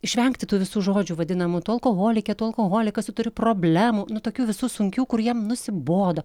išvengti tų visų žodžių vadinamų tu alkoholikė tu alkoholikas turi problemų nu tokių visų sunkių kur jiem nusibodo